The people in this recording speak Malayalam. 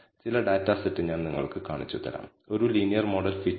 ഉദാഹരണത്തിന് സിംഗിൾ വേരിയബിൾ കേസിൽ നമ്മൾ ഒരു ഇൻഡിപെൻഡന്റ് വേരിയബിൾ കണ്ടു